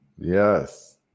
Yes